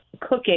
cooking